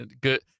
Good